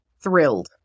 thrilled